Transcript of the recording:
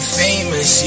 famous